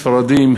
ספרדים,